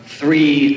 three